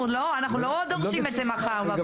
לא דורשים את זה מחר בבוקר.